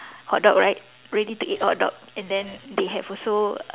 hot dog right ready to eat hot dog and then they have also